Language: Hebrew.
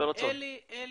אלי טובול,